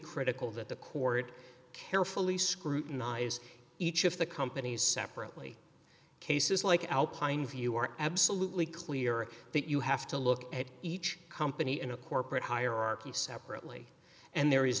critical that the court carefully scrutinize each of the companies separately cases like alpine view are absolutely clear that you have to look at each company in a corporate hierarchy separately and there is